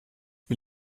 wie